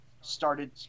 started